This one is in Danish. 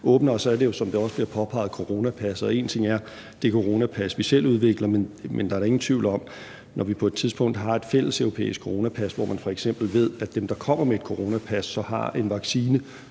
Og så er det jo, som det også bliver påpeget, coronapas, og én ting er det coronapas, som vi selv udvikler, men der er da ingen tvivl om, at når vi på et tidspunkt har et fælles europæisk coronapas, hvormed man f.eks. ved, at dem, der kommer med et coronapas, har fået en vaccine,